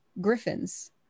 griffins